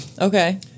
Okay